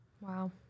Wow